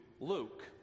Luke